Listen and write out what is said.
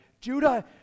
Judah